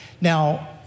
Now